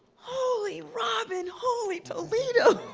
holy robin, holy toledo.